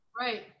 Right